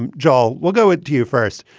um joel. we'll go ah to you first.